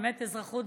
מלמדת אזרחות,